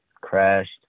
crashed